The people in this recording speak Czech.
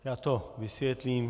Já to vysvětlím.